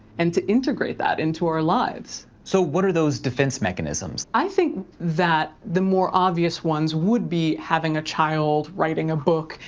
and to integrate that into our lives. so what are those defense mechanisms? i think that the more obvious ones would be having a child writing a book,